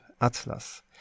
Atlas